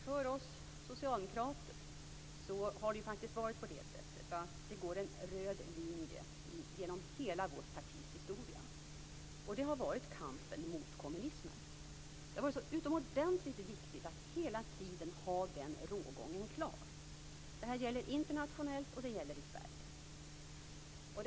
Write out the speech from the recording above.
För oss socialdemokrater har det faktiskt varit på det sättet att det har gått en röd tråd genom hela vårt partis historia, och det har varit kampen mot kommunismen. Det har varit utomordentligt viktigt att hela tiden ha den rågången klar. Det gäller internationellt och det gäller i Sverige.